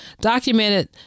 documented